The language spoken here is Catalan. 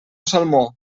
salmó